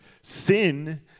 sin